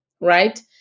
right